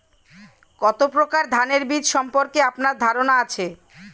কত প্রকার ধানের বীজ সম্পর্কে আপনার ধারণা আছে?